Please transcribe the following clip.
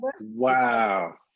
Wow